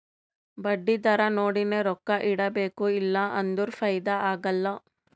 ಬಡ್ಡಿ ದರಾ ನೋಡಿನೆ ರೊಕ್ಕಾ ಇಡಬೇಕು ಇಲ್ಲಾ ಅಂದುರ್ ಫೈದಾ ಆಗಲ್ಲ